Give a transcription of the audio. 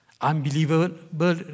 unbelievable